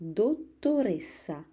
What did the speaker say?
dottoressa